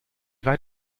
weit